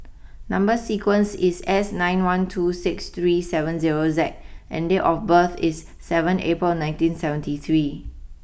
number sequence is S nine one two six three seven zero Z and date of birth is seven April nineteen seventy three